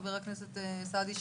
חבר הכנסת סעדי,